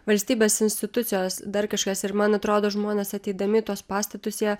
valstybės institucijos dar kažkas ir man atrodo žmonės ateidami į tuos pastatus jie